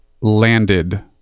landed